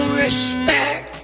respect